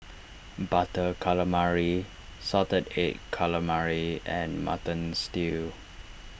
Butter Calamari Salted Egg Calamari and Mutton Stew